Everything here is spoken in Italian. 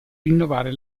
rinnovare